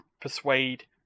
persuade